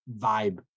vibe